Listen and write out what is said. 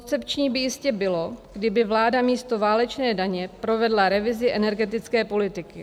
Koncepční by jistě bylo, kdyby vláda místo válečné daně provedla revizi energetické politiky.